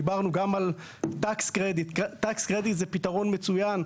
דיברנו גם על tax credit זה פתרון מצוין.